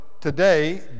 today